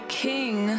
king